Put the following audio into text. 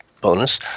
bonus